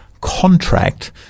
contract